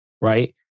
right